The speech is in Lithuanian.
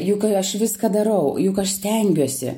juk aš viską darau juk aš stengiuosi